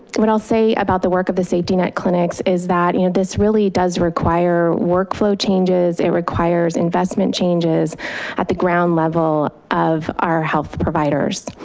what i'll say about the work of the safety net clinics is that and this really does require workflow changes, it requires investment changes at the ground level of our health providers.